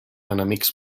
enemics